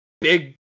big